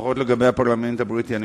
לגבי אותה מידת הרחבה תקציבית,